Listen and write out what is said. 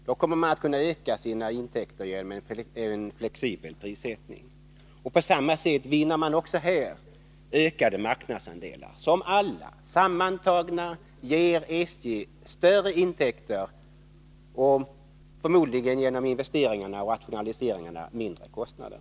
Genom en flexibel prissättning kommer man att kunna öka sina intäkter. På samma sätt vinner man härigenom också ökade marknadsandelar, som sammantagna ger SJ större intäkter och förmodligen genom investeringarna och rationaliseringarna mindre kostnader.